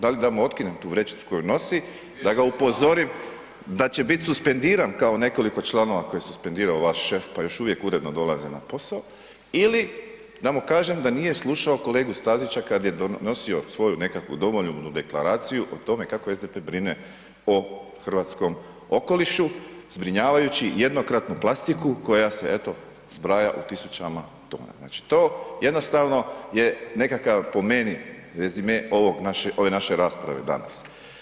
Da li da mu otkinem tu vrećicu koju nosi, da ga upozorim da će bit suspendiran kao nekoliko članova koje je suspendirao vaš šef pa još uvijek uredno dolaze na posao ili da mu kažem da nije slušao kolegu Stazića kad je donosio svoju nekakvu domoljubnu deklaraciju o tome kako SDP brine o hrvatskom okolišu zbrinjavajući jednokratnu plastiku koja se eto, zbraja u tisućama tona, znači jednostavno je nekakav po meni rezime ove naše rasprave danas.